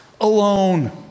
alone